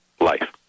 life